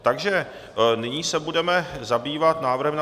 Takže nyní se budeme zabývat návrhem na...